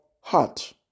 heart